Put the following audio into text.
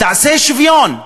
תעשה שוויון,